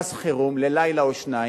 חירום ללילה או שניים,